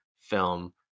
film